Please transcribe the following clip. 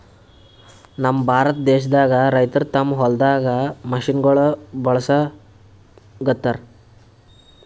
ನಮ್ ಭಾರತ ದೇಶದಾಗ್ ರೈತರ್ ತಮ್ಮ್ ಹೊಲ್ದಾಗ್ ಮಷಿನಗೋಳ್ ಬಳಸುಗತ್ತರ್